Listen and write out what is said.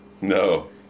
No